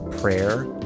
prayer